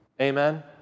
Amen